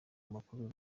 amakuru